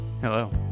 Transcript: Hello